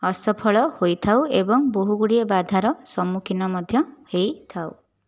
ଅସଫଳ ହୋଇଥାଉ ଏବଂ ବହୁ ଗୁଡ଼ିଏ ବାଧାର ସମ୍ମୁଖୀନ ମଧ୍ୟ ହୋଇଥାଉ